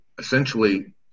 Essentially